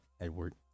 Edward